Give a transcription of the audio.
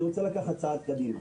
אני רוצה לקחת צעד קדימה.